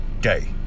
day